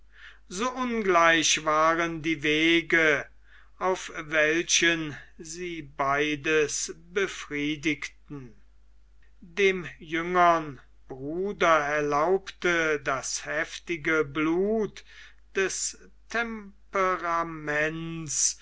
so ungleich waren die wege auf welchen sie beides befriedigten dem jüngern bruder erlaubte das heftige blut des temperaments